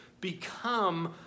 become